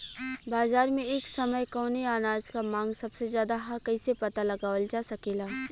बाजार में एक समय कवने अनाज क मांग सबसे ज्यादा ह कइसे पता लगावल जा सकेला?